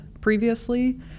previously